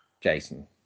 Jason